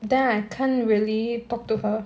then I can't really talk to her